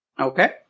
Okay